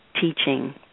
teaching